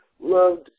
Loved